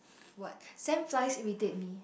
what sand flies irritate me